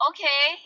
Okay